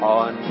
on